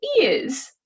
ears